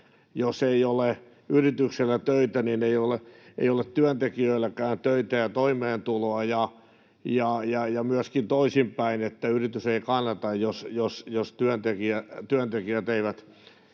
Jos ei ole yrityksellä töitä, niin ei ole työntekijöilläkään töitä ja toimeentuloa, ja myöskin toisinpäin: yritys ei kannata, jos työntekijät eivät